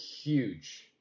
huge